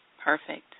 Perfect